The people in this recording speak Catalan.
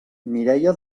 mireia